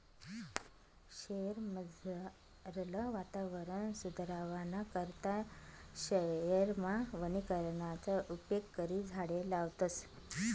शयेरमझारलं वातावरण सुदरावाना करता शयेरमा वनीकरणना उपेग करी झाडें लावतस